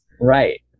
right